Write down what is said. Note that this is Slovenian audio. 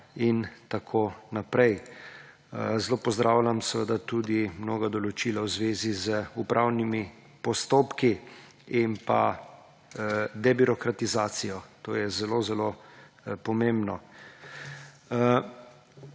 in tako naprej. Zelo pozdravljam seveda tudi mnoga določila v zvezi z upravnimi postopki in debirokratizacijo, to je zelo zelo pomembno.